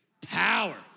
power